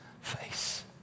face